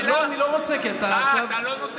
לא, אני לא רוצה, כי אתה, אה, אתה לא נותן.